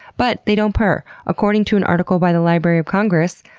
but they don't purr. according to an article by the library of congress,